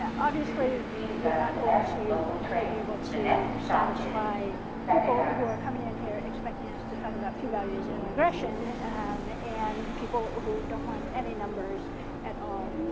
yeah obviously you're not going to be able to satisfy people who are coming in here expecting us to talk about p bodies and regression um and people who don't want any numbers at all.